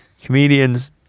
Comedians